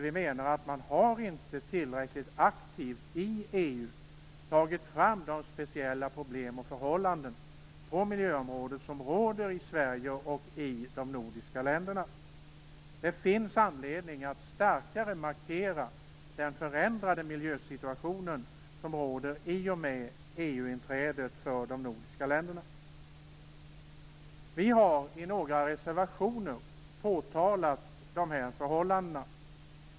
Vi menar att man inte tillräckligt aktivt i EU har tagit fram de speciella problem och förhållanden på miljöområdet som råder i Sverige och i de nordiska länderna. Det finns anledning att starkare markera den förändrade miljösituation som råder i och med EU-inträdet för de nordiska länderna. Vi har i några reservationer påtalat de här förhållandena.